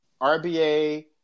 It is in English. RBA